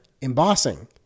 embossing